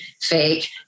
fake